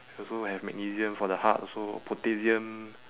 also will have magnesium for the heart also potassium